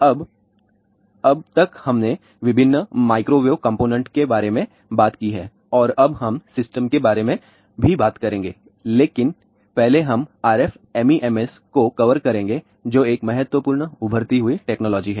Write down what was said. अब अब तक हमने विभिन्न माइक्रोवेव कम्पोनेंट के बारे में बात की है और अब हम सिस्टम के बारे में भी बात करेंगे लेकिन पहले हम RF MEMS को कवर करेंगे जो एक महत्वपूर्ण उभरती हुई टेक्नोलॉजी है